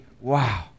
wow